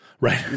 right